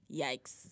Yikes